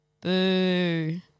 Boo